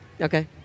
Okay